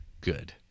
good